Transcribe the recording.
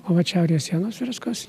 o vat šiaurės sienos freskos